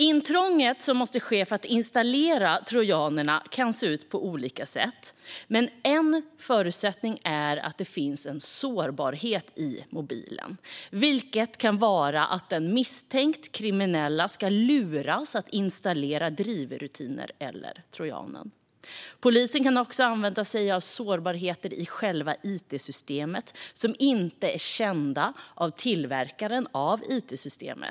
Intrånget som måste ske för att man ska kunna installera trojanerna kan se ut på olika sätt. Men en förutsättning är att det finns en sårbarhet i mobilen. Det kan handla om att den misstänkt kriminella ska luras att installera drivrutiner eller trojanen. Polisen kan också använda sig av sårbarheter i själva it-systemet vilka inte är kända av tillverkaren av it-systemet.